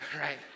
right